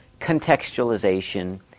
contextualization